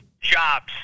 jobs